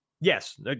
Yes